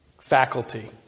faculty